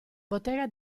bottega